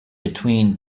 between